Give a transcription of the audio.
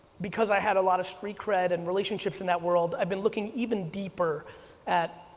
because i had a lot of street cred and relationships in that world, i've been looking even deeper at,